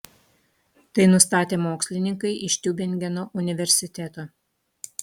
tai nustatė mokslininkai iš tiubingeno universiteto